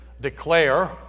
declare